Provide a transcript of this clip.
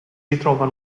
ritrova